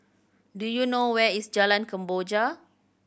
do you know where is Jalan Kemboja